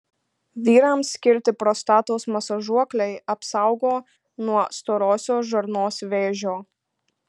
vyrams skirti prostatos masažuokliai apsaugo nuo storosios žarnos vėžio